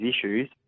issues